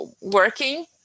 working